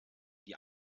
die